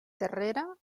terrera